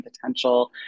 potential